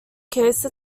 case